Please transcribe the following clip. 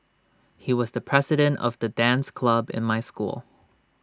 he was the president of the dance club in my school